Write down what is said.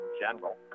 general